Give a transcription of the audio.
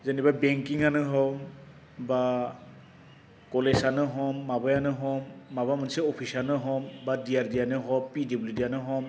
जेनैबा बेंकिङानो हम बा कलेजानो हम माबायानो हम माबा मोनसे अफिसआनो हम बा डिआरडिआनो हम पि डाब्लिउ डि आनो हम